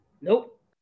Nope